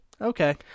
Okay